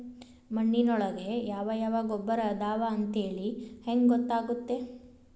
ಮಣ್ಣಿನೊಳಗೆ ಯಾವ ಯಾವ ಗೊಬ್ಬರ ಅದಾವ ಅಂತೇಳಿ ಹೆಂಗ್ ಗೊತ್ತಾಗುತ್ತೆ?